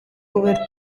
over